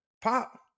Pop